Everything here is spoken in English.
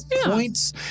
points